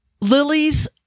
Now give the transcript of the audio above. lilies